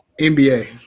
NBA